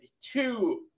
two